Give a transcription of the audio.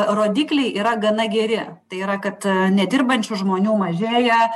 rodikliai yra gana geri tai yra kad nedirbančių žmonių mažėja